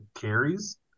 carries